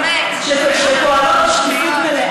זה הופך אותה להיות האוניברסיטה של הקרן הזאת?